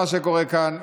מה שקורה כאן.